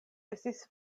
estis